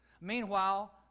Meanwhile